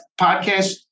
podcast